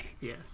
Yes